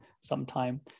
sometime